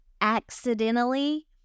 accidentally